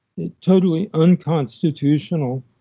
totally unconstitutional